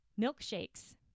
milkshakes